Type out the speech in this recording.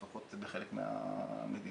לפחות בחלק מהמדינות.